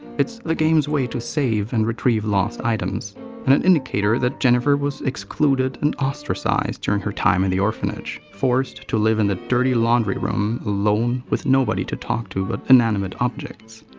its the game's way to save and retrieve lost items and an indicator that jennifer was excluded and ostracized during her time in the orphanage, forced to live in the dirty laundry room alone with nobody to talk to but inanimate objects.